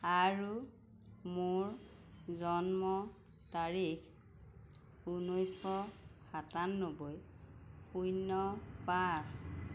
আৰু মোৰ জন্ম তাৰিখ ঊনৈশ সাতানব্বৈ শূন্য পাঁচ